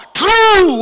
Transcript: true